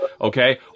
okay